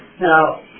Now